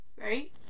Right